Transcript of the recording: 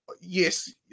Yes